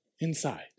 Inside